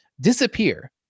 disappear